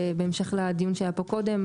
בהמשך לדיון שהיה פה קודם,